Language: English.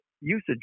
usage